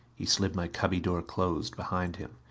he slid my cubby door closed behind him.